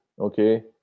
okay